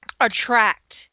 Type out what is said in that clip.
attract